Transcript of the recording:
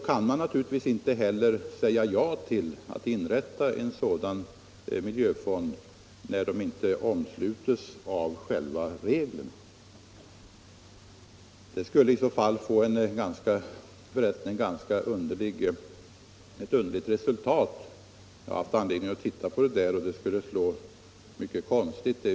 Jag kan naturligtvis inte säga ja till en begäran om att få inrätta en sådan fond, när företaget inte omfattas av bestämmelserna om arbetsmiljöfonder. Jag har haft an Jtedning att titta på konsekvenserna av ett bifall, och de skulle bli ganska konstiga.